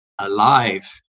alive